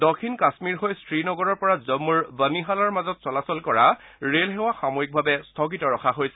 দক্ষিণ কাশ্মীৰ হৈ শ্ৰীনগৰৰ পৰা জম্মুৰ বনিহালৰ মাজত চলাচল কৰা ৰেলসেৱা সাময়িকভাৱে স্থগিত ৰখা হৈছে